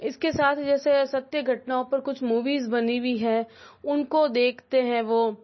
इसके साथ जैसे सत्य घटनाओं पर कुछ मूवीज़ बनी हुई है उनको देखते हैं वो